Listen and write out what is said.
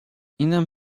اینم